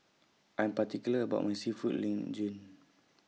I'm particular about My Seafood Linguine